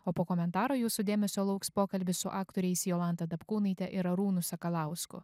o po komentaro jūsų dėmesio lauks pokalbis su aktoriais jolanta dapkūnaite ir arūnu sakalausku